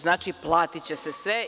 Znači, platiće se sve.